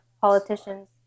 politicians